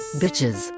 bitches